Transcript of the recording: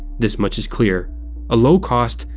this much is clear a low-cost,